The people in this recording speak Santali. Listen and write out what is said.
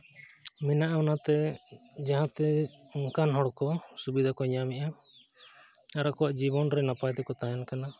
ᱢᱮᱱᱟᱜᱼᱟ ᱚᱱᱟᱛᱮ ᱡᱟᱦᱟᱸ ᱛᱮ ᱚᱱᱠᱟᱱ ᱦᱚᱲ ᱠᱚ ᱥᱩᱵᱤᱫᱷᱟ ᱠᱚ ᱧᱟᱢᱮᱫᱼᱟ ᱟᱨ ᱟᱠᱚᱣᱟᱜ ᱡᱤᱵᱚᱱ ᱨᱮ ᱱᱟᱯᱟᱭ ᱛᱮᱠᱚ ᱛᱟᱦᱮᱱ ᱠᱟᱱᱟ